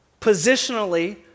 positionally